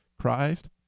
Christ